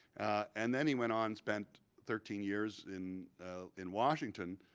and then, he went on, spent thirteen years in in washington,